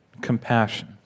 compassion